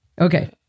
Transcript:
Okay